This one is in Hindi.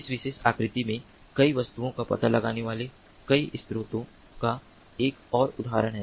इस विशेष आकृति में कई वस्तुओं का पता लगाने वाले कई स्रोतों का एक और उदाहरण है